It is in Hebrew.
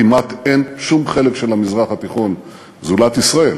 כמעט אין שום חלק של המזרח התיכון זולת ישראל